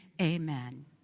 amen